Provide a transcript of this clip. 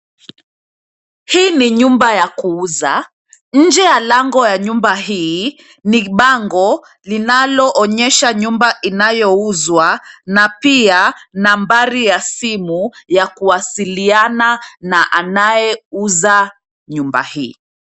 Hii ni nyumba ya kuuza. Nje ya lango ya nyumba hii ni bango linaloonyesha nyumba inayouzwa na pia nambari ya simu ya kuwasiliana na anayeuza nyumba hii.